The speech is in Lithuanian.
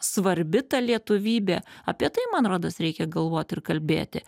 svarbi ta lietuvybė apie tai man rodos reikia galvot ir kalbėti